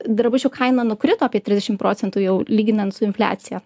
drabužių kaina nukrito apie trisdešim procentų jau lyginant su infliacija